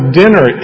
dinner